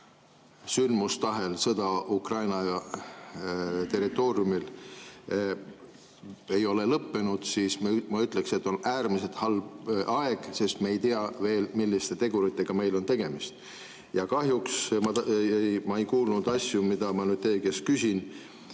sõda Ukraina territooriumil, ei ole lõppenud, siis ma ütleksin, et on äärmiselt halb aeg, sest me ei tea veel, milliste teguritega on tegemist. Kahjuks ma ei kuulnud asju, mida ma nüüd teie käest küsin.